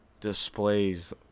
displays